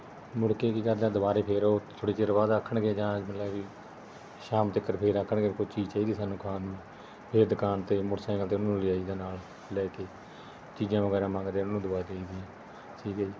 ਮੁੜਕੇ ਕੀ ਕਰਦਾ ਦੁਬਾਰਾ ਫੇਰ ਉਹ ਥੋੜ੍ਹੀ ਦੇਰ ਬਾਅਦ ਆਖਣਗੇ ਜਾਂ ਮਤਲਬ ਵੀ ਸ਼ਾਮ ਤੀਕਰ ਫਿਰ ਆਖਣਗੇ ਵੀ ਕੋਈ ਚੀਜ਼ ਚਾਹੀਦੀ ਸਾਨੂੰ ਖਾਣ ਨੂੰ ਫਿਰ ਦੁਕਾਨ 'ਤੇ ਮੋਟਰਸਾਈਕਲ 'ਤੇ ਉਹਨਾਂ ਨੂੰ ਲੈ ਜਾਈਦਾ ਨਾਲ ਲੈ ਕੇ ਚੀਜ਼ਾਂ ਵਗੈਰਾ ਮੰਗਦੇ ਉਹਨਾਂ ਨੂੰ ਦਿਵਾ ਦਈ ਦੀਆਂ ਠੀਕ ਆ ਜੀ